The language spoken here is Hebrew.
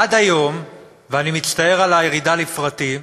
עד היום, ואני מצטער על הירידה לפרטים,